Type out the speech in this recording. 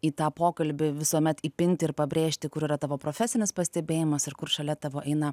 į tą pokalbį visuomet įpinti ir pabrėžti kur yra tavo profesinis pastebėjimas ir kur šalia tavo eina